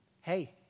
hey